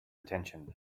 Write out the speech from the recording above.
attention